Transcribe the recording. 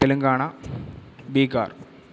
Telangana Bihar